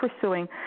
pursuing